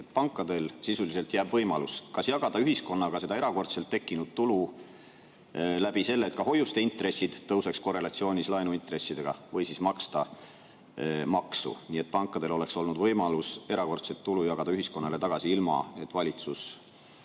pankadel sisuliselt jääb võimalus kas jagada ühiskonnaga seda erakorraliselt tekkinud tulu selle kaudu, et ka hoiuste intressid tõuseksid korrelatsioonis laenuintressidega, või siis maksta maksu. Nii et pankadel oleks olnud võimalus erakordset tulu jagada ühiskonnale tagasi ilma, et valitsus